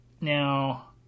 Now